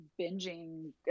binging